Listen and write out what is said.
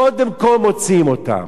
קודם כול מוציאים אותם.